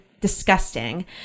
Disgusting